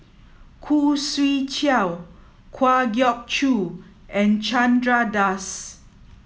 Khoo Swee Chiow Kwa Geok Choo and Chandra Das